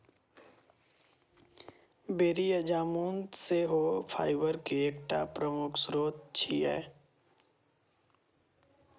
बेरी या जामुन सेहो फाइबर के एकटा प्रमुख स्रोत छियै